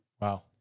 Wow